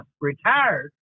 retired